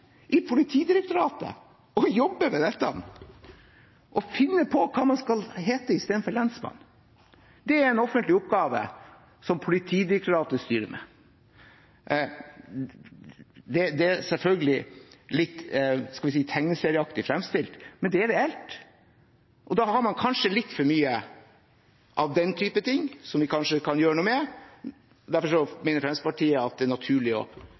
dette, å finne på hva man skal hete i stedet for lensmann. Det er en offentlig oppgave som Politidirektoratet styrer med. Dette er selvfølgelig litt – skal vi si – tegneserieaktig fremstilt, men det er reelt. Da har man kanskje litt for mye av den typen ting, og det kan man kanskje gjøre noe med. Derfor mener Fremskrittspartiet, sammen med Senterpartiet, at det er naturlig å